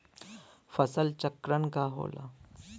फसल चक्रण का होला?